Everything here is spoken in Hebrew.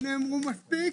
נאמרו מספיק.